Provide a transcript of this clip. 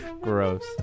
Gross